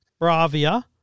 Bravia